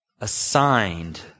assigned